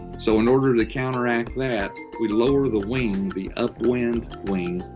so in order to counteract, we'd lower the wing, the upwind wing,